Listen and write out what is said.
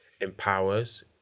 empowers